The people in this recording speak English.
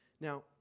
Now